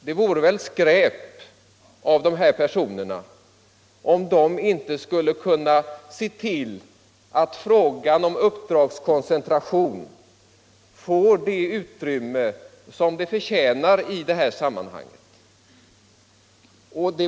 Det vore väl skräp, om inte dessa personer skall kunna se till att frågan om uppdragskoncentration får det utrymme den förtjänar i detta sammanhang.